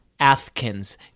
Athkins